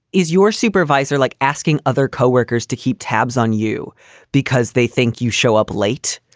is your supervisor like asking other coworkers to keep tabs on you because they think you show up late?